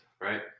right